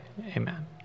amen